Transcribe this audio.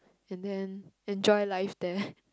and then enjoy life there